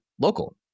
local